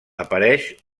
apareix